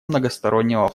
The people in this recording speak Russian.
многостороннего